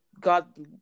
God